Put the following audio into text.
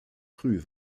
früh